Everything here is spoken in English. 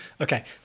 okay